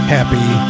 Happy